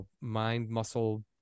mind-muscle